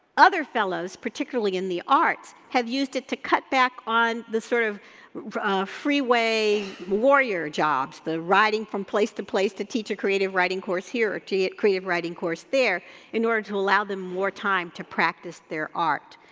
other fellows, particularly in the arts, have used it to cut back on the sort of freeway warrior jobs, the riding from place to place to teach a creative writing course here or to get creative writing course there in order to allow them more time to practice their art.